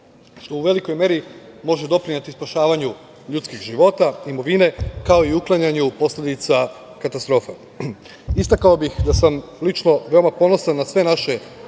što u velikoj meri može doprineti spašavanju ljudskih života, imovine, kao i uklanjanju posledica katastrofa. Istakao sam da sam lično veoma ponosan na sve naše